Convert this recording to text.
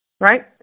right